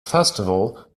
festival